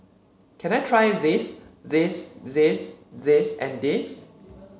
can I try this this this this and this